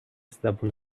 زبون